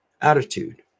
attitude